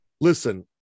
listen